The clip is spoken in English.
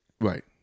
Right